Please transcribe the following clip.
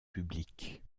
public